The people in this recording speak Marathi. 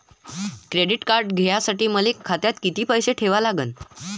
क्रेडिट कार्ड घ्यासाठी मले खात्यात किती पैसे ठेवा लागन?